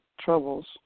troubles